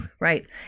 Right